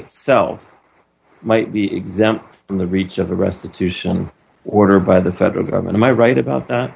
itself might be exempt from the reach of a restitution order by the federal government my right about th